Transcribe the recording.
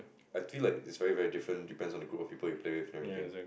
I feel like it's very very different depends on the group you play with and everything